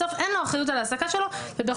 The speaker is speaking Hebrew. בסוף אין לו אחריות על ההעסקה שלו ובכל